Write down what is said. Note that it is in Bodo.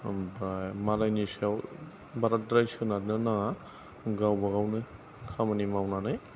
ओमफ्राय मालायनि सायाव बाराद्राय सोनारनो नाङा गावबा गावनो खामानि मावनानै